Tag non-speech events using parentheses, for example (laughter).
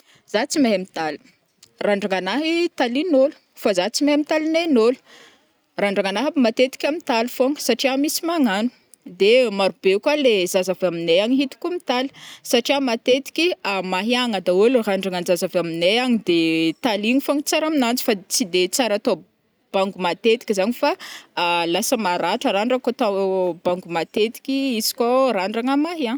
Za tsy mahay mitaly, randragnanahy talin'ôlo fa za tsy mahay mitaly nenôlo. Randragnanahy aby matetiky mitaly fôgno, satria misy magnano, de maro be koa le zaza avy aminay agny hitako mitaly, satria matetiky (hesitation) mahiagna daôlo randragnanjaza avy aminay agny de taligny fôgna tsara aminanji fa tsy de tsara atao (hesitation) bango matetiky zagny fa (hesitation) lasa maratra randra kô atao bango matetika izy koa randragna mahiagna.